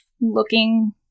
looking